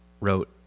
wrote